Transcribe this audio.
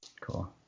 Cool